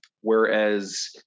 whereas